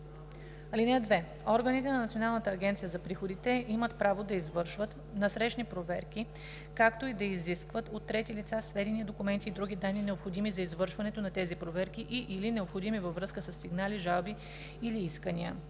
(2) Органите на Националната агенция за приходите имат право да извършват насрещни проверки, както и да изискват от трети лица сведения, документи и други данни, необходими за извършването на тези проверки и/или необходими във връзка със сигнали, жалби или искания.